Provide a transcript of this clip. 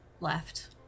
left